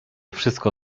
wszystko